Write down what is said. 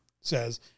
says